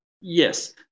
Yes